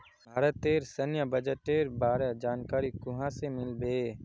भारतेर सैन्य बजटेर बारे जानकारी कुहाँ से मिल बे